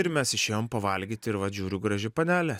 ir mes išėjom pavalgyt ir vat žiūriu graži panelė